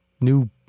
new